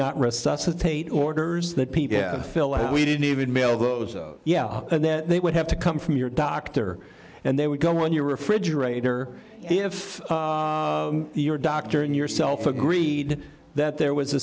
not resuscitate orders that people we didn't even mail those yeah and then they would have to come from your doctor and they would go in your refrigerator if your doctor and yourself agreed that there was a